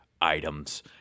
items